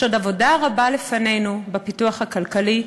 יש עוד עבודה רבה לפנינו בפיתוח הכלכלי,